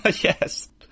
Yes